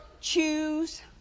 choose